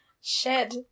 shed